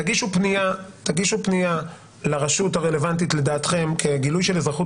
תגישו פנייה לרשות הרלוונטית לדעתכם כגילוי של אזרחות